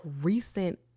recent